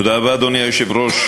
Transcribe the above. תודה רבה, אדוני היושב-ראש.